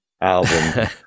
album